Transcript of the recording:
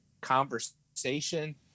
conversation